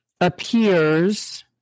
appears